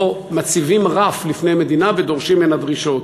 מציבים רף בפני מדינה ודורשים ממנה דרישות.